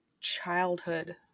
childhood